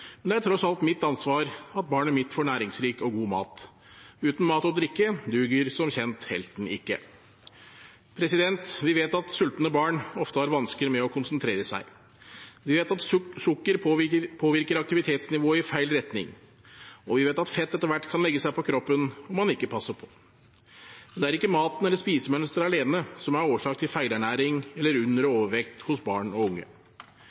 men det er tross alt mitt ansvar at barnet mitt får næringsrik og god mat. Uten mat og drikke duger som kjent helten ikke. Vi vet at sultne barn ofte har vansker med å konsentrere seg. Vi vet at sukker påvirker aktivitetsnivået i feil retning, og vi vet at fett etter hvert kan legge seg på kroppen om man ikke passer på. Men det er ikke maten eller spisemønsteret alene som er årsak til feilernæring eller under- og overvekt hos barn og unge.